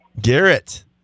Garrett